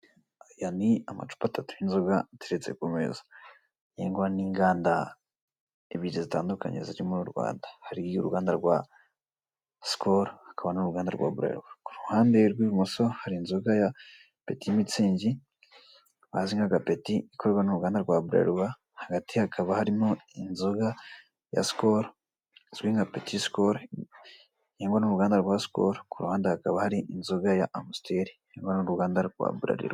Aya ni amacupa atatu y'inzoga ateretse ku meza akorwa n'inganda ebyiri zitandukanye zir imu rwanda harimo uruganda rwa sikolo n'uruganda rwa burarirwa. ku ruhande rw'ibumoso hari inzoga ya peti mitsingi bazinka agapeti ikorwa n'uruganda rwa bralirwa hagati hakaba harimo inzoga ya sikolo izwi nka peti sikolo ikorwa n'uruganda rwa sikolo ku ruhande hakaba hari inzoga ya amusiteri ikorwa n'uruganda rwa buralirwa